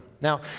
Now